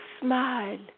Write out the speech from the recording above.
smile